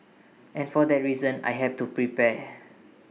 and for that reason I have to prepare